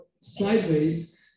sideways